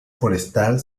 forestal